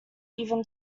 even